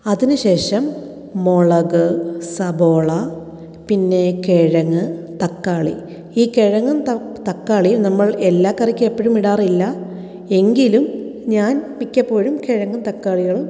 അതിനുശേഷം മുളക് സബോള പിന്നെ കിഴങ്ങ് തക്കാളി ഈ കിഴങ്ങും തക്കാളിയും നമ്മൾ എല്ലാ കറിക്കും എപ്പോഴും ഇടാറില്ല എങ്കിലും ഞാൻ മിക്കപ്പോഴും കിഴങ്ങും തക്കാളികളും